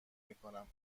میکنم